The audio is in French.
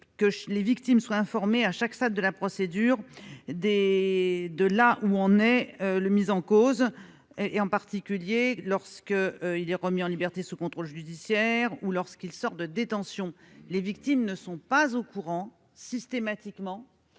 que les victimes soient informées à chaque stade de la procédure de la situation du mis en cause, en particulier lorsque celui-ci est remis en liberté sous contrôle judiciaire ou lorsqu'il sort de détention. En effet, les victimes ne sont pas systématiquement